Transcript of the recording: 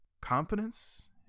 confidence